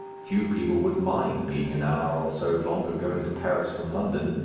few people would mind being an hour or so longer going to paris from london,